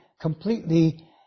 completely